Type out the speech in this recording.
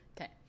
okay